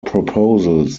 proposals